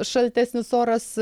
šaltesnis oras